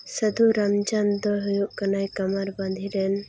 ᱥᱟᱹᱫᱷᱩ ᱨᱟᱢᱪᱟᱸᱫᱽ ᱫᱚ ᱦᱩᱭᱩᱜ ᱠᱟᱱᱟᱭ ᱠᱟᱢᱟᱨ ᱵᱟᱸᱫᱷᱤ ᱨᱮᱱ